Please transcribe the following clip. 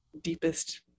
deepest